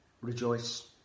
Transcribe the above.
rejoice